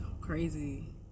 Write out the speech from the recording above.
crazy